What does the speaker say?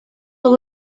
wol